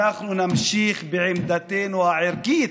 אנחנו נמשיך בעמדתנו הערכית,